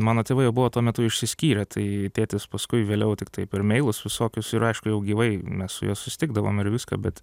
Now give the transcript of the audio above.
mano tėvai jie buvo tuo metu išsiskyrę tai tėtis paskui vėliau tiktai per meilus visokius ir aišku jau gyvai mes su juo susitikdavome ir viską bet